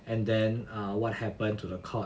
and then err what happen to the court